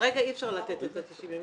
כרגע אי אפשר לתת את ה-90 ימים,